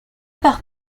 par